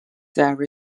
there